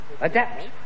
Adapt